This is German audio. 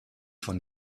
von